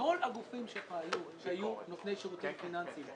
כל הגופים שהיו נותני שירותים פיננסיים,